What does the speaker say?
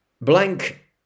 blank